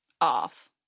off